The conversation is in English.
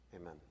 Amen